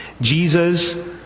Jesus